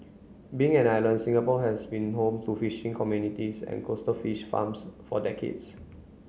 being an island Singapore has been home to fishing communities and coastal fish farms for decades